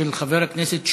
של חבר הכנסת שמולי.